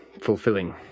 fulfilling